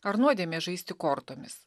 ar nuodėmė žaisti kortomis